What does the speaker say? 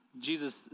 Jesus